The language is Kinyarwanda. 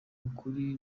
ukuri